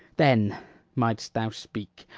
then mightst thou speak,